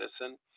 Medicine